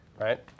right